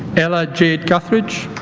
ella jade guthridge